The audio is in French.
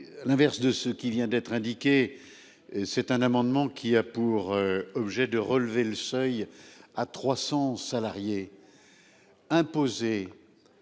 l'inverse de ce qui vient d'être indiqué. C'est un amendement qui a pour objet de relever le seuil à 300 salariés. Imposer.